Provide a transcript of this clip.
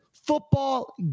Football